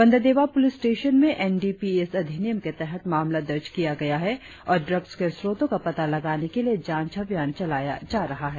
Banderdewa police station में N D P S अधिनियम के तहत मामला दर्ज किया गया है और ड्रग्स के स्रोतों का पता लगाने के लिए जांच अभियान चलाया जा रहा है